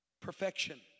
Perfection